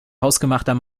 hausgemachter